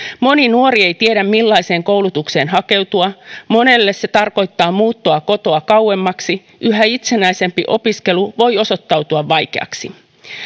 moni nuori ei tiedä millaiseen koulutukseen hakeutua monelle se tarkoittaa muuttoa kotoa kauemmaksi yhä itsenäisempi opiskelu voi osoittautua vaikeaksi